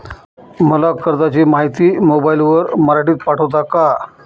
मला कर्जाची माहिती मोबाईलवर मराठीत पाठवता का?